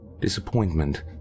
Disappointment